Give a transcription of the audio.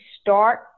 start